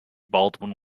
baldwin